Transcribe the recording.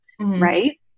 right